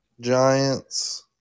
Giants